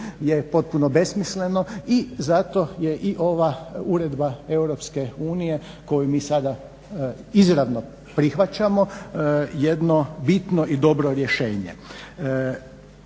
je potpuno besmisleno i zato je i ova uredba Europske unije koju mi sada izravno prihvaćamo jedno bitno i dobro rješenje.